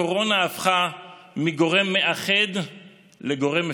הקורונה הפכה מגורם מאחד לגורם מפלג.